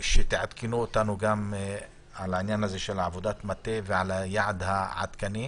תעדכנו אותנו גם על עניין עבודת המטה ועל היעד העדכני.